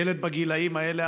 ילד בגילים האלה,